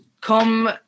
come